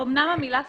אמנם המילה "סמוכה"